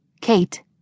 Kate